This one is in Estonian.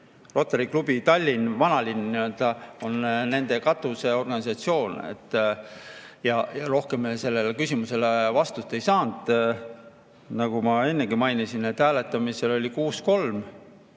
Rotary Klubi Tallinn Vanalinn on nende katusorganisatsioon. Ja rohkem me sellele küsimusele vastust ei saanud. Nagu ma ennegi mainisin, hääletamisel oli